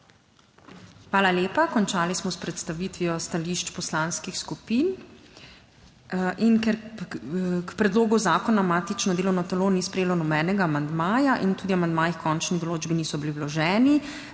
(nadaljevanje) Končali smo s predstavitvijo stališč poslanskih skupin. Ker k predlogu zakona matično delovno telo ni sprejelo nobenega amandmaja in tudi amandmaji h končni določbi niso bili vloženi